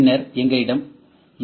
பின்னர் எங்களிடம் யு